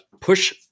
push